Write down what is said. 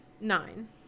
Nine